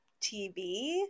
TV